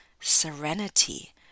serenity